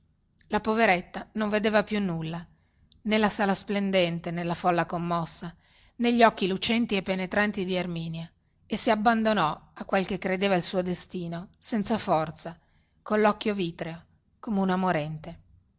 la poveretta non vedeva più nulla nè la sala splendente nè la folla commossa nè gli occhi lucenti e penetranti di erminia e si abbandonò a quel che credeva il suo destino senza forza collocchio vitreo come una morente